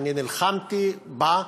אני נלחמתי בה,